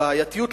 הבעייתיות,